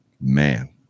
Man